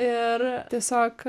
ir tiesiog